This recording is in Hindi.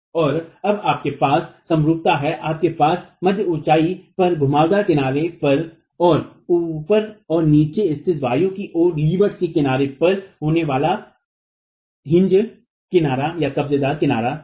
और अब आपके पास समरूपता है आपके पास मध्य ऊँचाई पर घुमावदार किनारे पर और ऊपर और नीचे स्थित वायु कि ओरलीवार्ड के किनारे पर होने वाला हिंगकाजकब्जेदार किनारा है